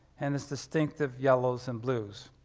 and his distinctive yellows and blues.